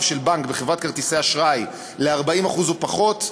של בנק בחברת כרטיסי אשראי ל-40% ופחות,